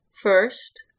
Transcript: first